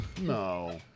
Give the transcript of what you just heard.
No